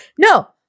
No